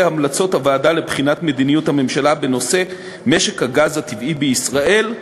המלצות הוועדה לבחינת מדיניות הממשלה בנושא משק הגז הטבעי בישראל,